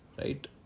Right